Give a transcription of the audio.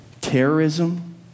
terrorism